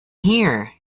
here